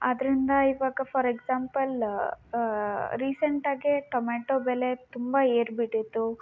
ಆದ್ದರಿಂದ ಇವಾಗ for example ರೀಸೆಂಟಾಗೇ ಟೊಮೆಟೋ ಬೆಲೆ ತುಂಬ ಏರಿಬಿಟ್ಟಿತ್ತು